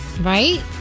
Right